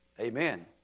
Amen